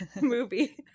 movie